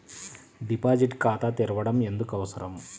Deposit ఖాతా తెరవడం ఎందుకు అవసరం?